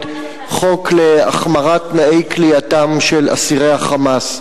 הצעת חוק להחמרת תנאי כליאתם של אסירי ה"חמאס".